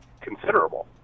considerable